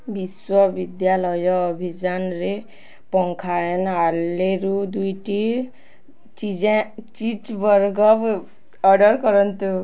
ବିଶ୍ୱବିଦ୍ୟାଳୟ ଅଭିଯାନରେ ପଙ୍ଖା ଏନଆଲେରୁ ଦୁଇଟି ଚିଜା ଚିଜ୍ ବର୍ଗର୍ ଅର୍ଡ଼ର୍ କରନ୍ତୁ